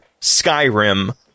skyrim